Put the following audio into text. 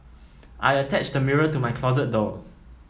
I attached a mirror to my closet door